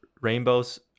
rainbows